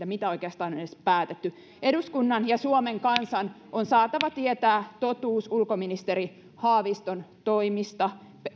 mitä oikeastaan on edes päätetty eduskunnan ja suomen kansan on saatava tietää totuus ulkoministeri haaviston toimista